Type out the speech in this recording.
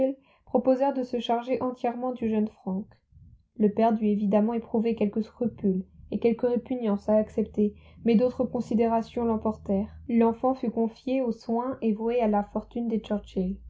proposèrent de se charger entièrement du jeune frank le père dut évidemment éprouver quelque scrupule et quelque répugnance à accepter mais d'autres considérations l'emportèrent l'enfant fut confié aux soins et voué à la fortune des